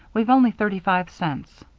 we've only thirty-five cents.